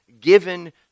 given